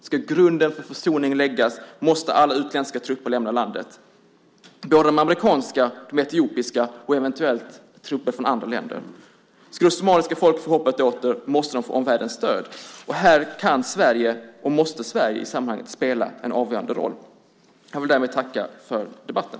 Ska grunden för försoning läggas måste alla utländska trupper lämna landet, både de amerikanska, de etiopiska och eventuella trupper från andra länder. Ska det somaliska folket få hoppet åter måste de få omvärldens stöd. Här kan och måste Sverige spela en avgörande roll. Jag vill därmed tacka för debatten.